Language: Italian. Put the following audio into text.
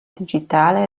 digitale